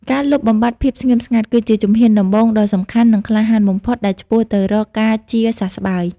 ការលុបបំបាត់ភាពស្ងៀមស្ងាត់ គឺជាជំហានដំបូងដ៏សំខាន់ និងក្លាហានបំផុតដែលឆ្ពោះទៅរកការជាសះស្បើយ។